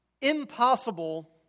impossible